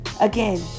again